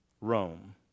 Rome